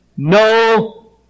no